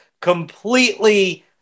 completely